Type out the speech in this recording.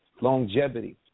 longevity